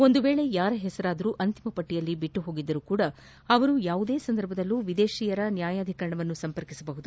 ಒಂದು ವೇಳೆ ಯಾರ ಹೆಸರಾದರೂ ಅಂತಿಮ ಪಟ್ಟಿಯಲ್ಲಿ ಬಿಟ್ಟುಹೋಗಿದ್ದರೂ ಅವರು ಯಾವುದೇ ಸಂದರ್ಭದಲ್ಲಿ ವಿದೇಶಿಯರ ನ್ಹಾಯಾಧಿಕರಣವನ್ನು ಸಂಪರ್ಕಿಸಬಹುದು